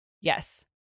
Yes